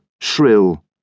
shrill